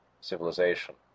civilization